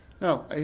no